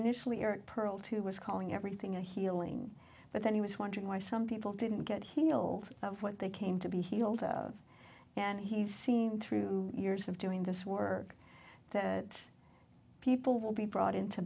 initially you're pearled who was calling everything a healing but then he was wondering why some people didn't get healed what they came to be healed of and he's seen through years of doing this work that people will be brought into